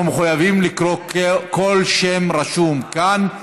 אנחנו מחויבים לקרוא כל שם שרשום כאן.